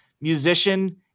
Musician